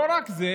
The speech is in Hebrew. לא רק זה,